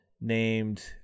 named